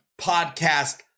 podcast